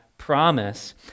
promise